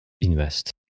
invest